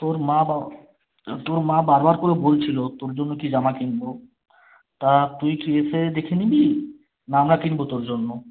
তোর মা বা তোর মা বারবার করে বলছিল তোর জন্য কি জামা কিনবো তা তুই কি এসে দেখে নিবি না আমরা কিনবো তোর জন্য কিছু নিবি